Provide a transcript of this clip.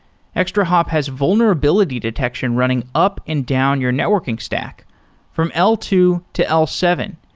extrahop has vulnerability detection running up and down your networking stack from l two to l seven.